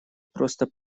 просто